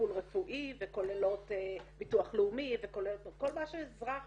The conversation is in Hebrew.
טיפול רפואי וכוללות ביטוח לאומי, כל מה שאזרח